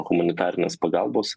humanitarinės pagalbos